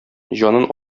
җанын